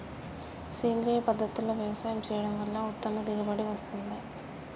సేంద్రీయ పద్ధతుల్లో వ్యవసాయం చేయడం వల్ల ఉత్తమ దిగుబడి వస్తుందా?